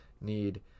need